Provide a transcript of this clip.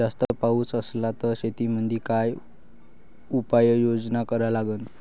जास्त पाऊस असला त शेतीमंदी काय उपाययोजना करा लागन?